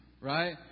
right